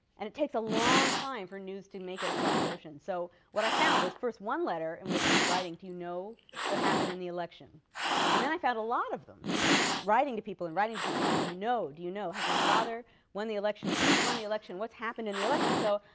and it takes a long time for news to make it across the ocean, so what i found was first one letter in which he's writing, do you know what happened in the election and then i found a lot of them. and he's writing to people and writing to people saying, do you know? do you know? has my father won the election? who's won the election? what's happened in the election so,